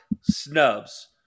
snubs